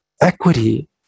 equity